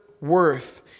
worth